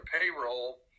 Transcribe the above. payroll